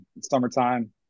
summertime